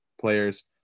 players